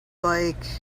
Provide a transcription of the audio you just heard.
like